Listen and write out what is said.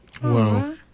Whoa